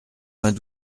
vingt